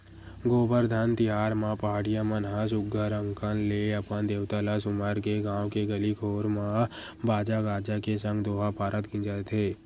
गोबरधन तिहार म पहाटिया मन ह सुग्घर अंकन ले अपन देवता ल सुमर के गाँव के गली घोर म बाजा गाजा के संग दोहा पारत गिंजरथे